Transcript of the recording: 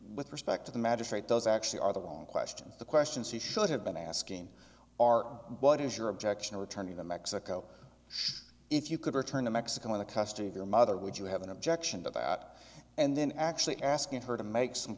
with respect to the magistrate does actually are the wrong questions the questions he should have been asking are what is your objection of returning to mexico if you could return to mexico in the custody of your mother would you have an objection to that and then actually asking her to make some